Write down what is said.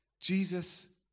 Jesus